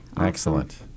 Excellent